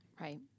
Right